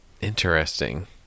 Interesting